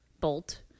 bolt